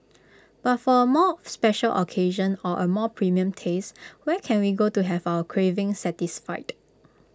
but for A more special occasion or A more premium taste where can we go to have our craving satisfied